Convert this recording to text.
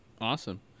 Awesome